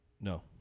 No